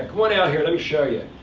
come on out here, let me show you.